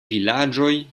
vilaĝoj